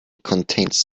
contains